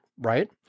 right